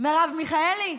מרב מיכאלי?